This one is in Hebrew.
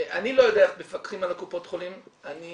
אני לא יודע איך מפקחים על קופות החולים, אני